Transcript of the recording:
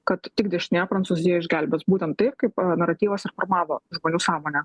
kad tik dešinė prancūziją išgelbės būtent taip kaip naratyvas ir formavo žmonių sąmonę